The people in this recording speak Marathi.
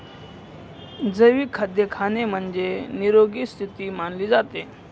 जैविक खाद्य खाणे म्हणजे, निरोगी स्थिती मानले जाते